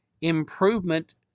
improvement